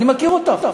אני מכיר אותך.